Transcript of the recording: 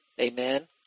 Amen